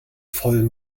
voll